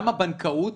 גם הבנקאות,